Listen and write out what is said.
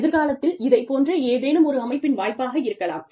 எதிர்காலத்தில் இதைப் போன்றே ஏதேனும் ஒரு அமைப்பின் வாய்ப்பாக இருக்கலாம்